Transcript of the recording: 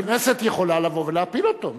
הכנסת יכולה לבוא ולהפיל אותו.